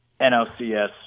NLCS